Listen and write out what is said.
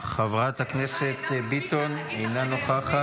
חברת הכנסת ביטון, אינה נוכחת.